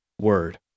word